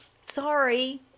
sorry